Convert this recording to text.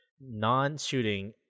non-shooting